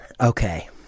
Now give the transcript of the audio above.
Okay